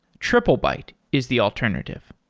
triplebyte is the alternative.